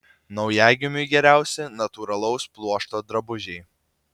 naujagimiui geriausi natūralaus pluošto drabužiai